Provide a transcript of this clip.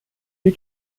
die